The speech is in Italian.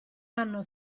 anno